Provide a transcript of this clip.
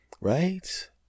right